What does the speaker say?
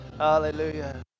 Hallelujah